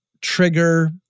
trigger